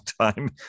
time